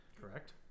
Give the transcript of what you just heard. Correct